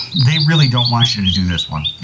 they really don't want you to do this one.